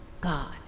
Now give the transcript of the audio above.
God